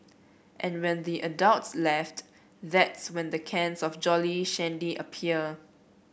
and when the adults left that's when the cans of Jolly Shandy appear